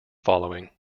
following